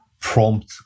prompt